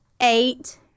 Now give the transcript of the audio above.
eight